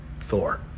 Thor